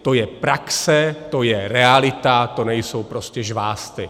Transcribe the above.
To je praxe, to je realita, to nejsou prostě žvásty.